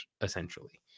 essentially